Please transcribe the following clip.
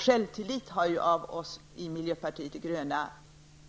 Självtillit har av oss i miljöpartiet de gröna